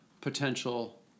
potential